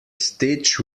stitch